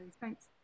Thanks